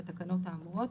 בתקנות האמורות,